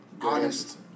Honest